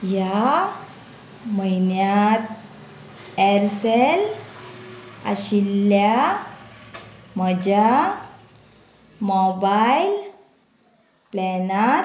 ह्या म्हयन्यांत एअरसेल आशिल्ल्या म्हज्या मोबायल प्लॅनांत